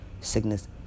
sickness